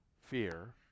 fear